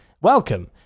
Welcome